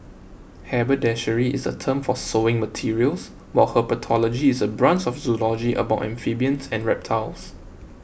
haberdashery is a term for sewing materials while herpetology is a branch of zoology about amphibians and reptiles